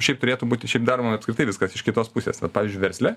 šiaip turėtų būti šiaip daroma apskritai viskas iš kitos pusės vat pavyzdžiui versle